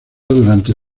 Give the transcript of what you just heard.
durante